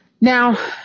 Now